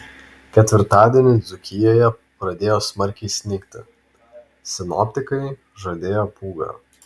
ketvirtadienį dzūkijoje pradėjo smarkiai snigti sinoptikai žadėjo pūgą